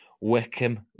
Wickham